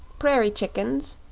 prairie-chickens,